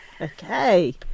Okay